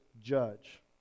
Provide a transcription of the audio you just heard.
judge